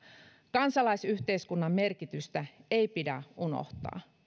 kansalaisyhteiskunnan merkitystä ei pidä unohtaa